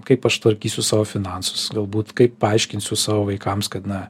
kaip aš tvarkysiu savo finansus galbūt kaip paaiškinsiu savo vaikams kad na